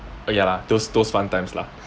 ah ya lah those those fun times lah